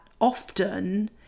often